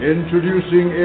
Introducing